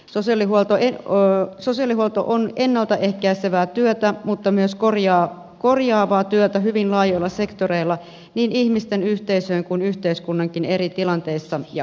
sosiaalihuolto on ennalta ehkäisevää työtä mutta myös korjaavaa työtä hyvin laajoilla sektoreilla niin ihmisten yhteisön kuin yhteiskunnankin eri tilanteissa ja asioissa